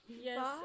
Yes